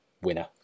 winner